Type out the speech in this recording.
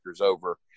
over